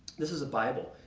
this is a bible.